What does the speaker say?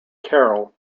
carroll